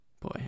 boy